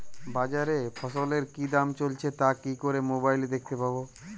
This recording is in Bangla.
বাজারে ফসলের কি দাম চলছে তা কি করে মোবাইলে দেখতে পাবো?